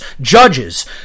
judges